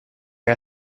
jag